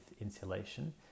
insulation